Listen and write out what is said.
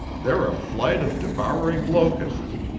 they're a flight of devouring locusts,